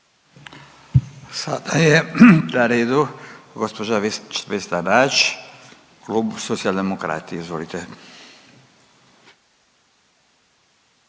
Sada je na redu gđa. Vesna Nađ, Klub Socijaldemokrati, izvolite.